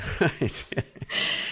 Right